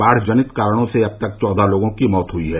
बाढ़ जनित कारणों से अब तक चौदह लोगों की मौत हुई है